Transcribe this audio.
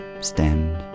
stand